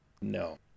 No